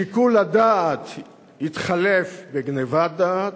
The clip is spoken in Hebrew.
שיקול הדעת התחלף בגנבת דעת,